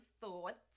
thoughts